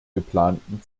geplanten